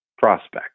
Prospect